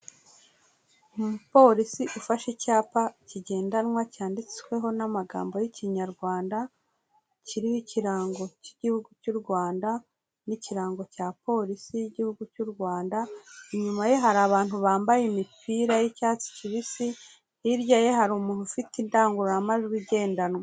Umupolisi ufashe icyapa kigendanwa cyanditsweho n'amagambo y'Ikinyarwanda kiriho Ikirango cy'Igihugu cy'u Rwanda n'Ikirango cya polisi y'Igihugu cy'u Rwanda, inyuma ye hari abantu bambaye imipira y'icyatsi kibisi, hirya ye hari umuntu ufite indangururamajwi igendanwa.